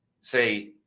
say